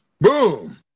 Boom